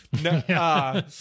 No